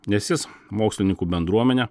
nes jis mokslininkų bendruomenę